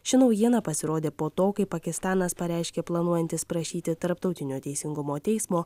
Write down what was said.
ši naujiena pasirodė po to kai pakistanas pareiškė planuojantis prašyti tarptautinio teisingumo teismo